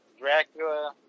Dracula